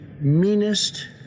meanest